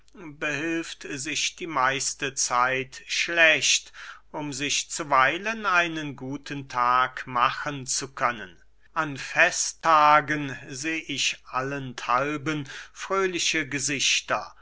behilft sich die meiste zeit schlecht um sich zuweilen einen guten tag machen zu können an festtagen seh ich allenthalben fröhliche gesichter